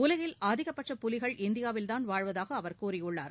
உலகில் அதிக பட்ச புலிகள் இந்தியாவில் தான் வாழ்வதாக அவர் கூறியுள்ளார்